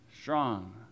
strong